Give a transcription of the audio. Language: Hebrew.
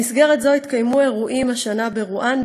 במסגרת זו התקיימו השנה אירועים ברואנדה,